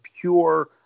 pure